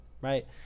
right